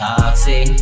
Toxic